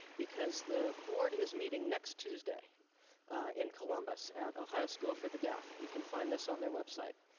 because the board is meeting next tuesday in columbus, at ohio school for the deaf. you can find this on their website.